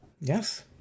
Yes